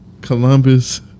Columbus